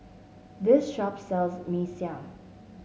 this shop sells Mee Siam